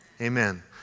Amen